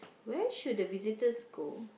where should the visitors go